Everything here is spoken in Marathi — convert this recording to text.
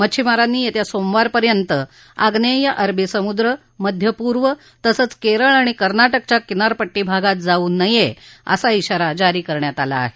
मच्छिमारांनी येत्या सोमवारपर्यंत आम्नेय अरबी समुद्र मध्यपूर्व तसंच केरळ आणि कर्नाटकच्या किनारपट्टी भागात जाऊ नये असा श्राारा जारी करण्यात आला आहे